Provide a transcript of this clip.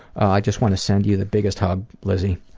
i just want to send you the biggest hug, lizzy.